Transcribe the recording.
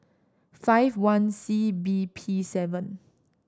five one C B P seven